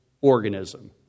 organism